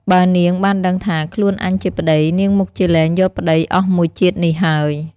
បើនាងបានដឹងថា ខ្លួនអញជាប្ដី នាងមុខជាលែងយកប្ដីអស់មួយជាតិនេះហើយ។